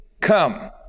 Come